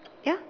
ya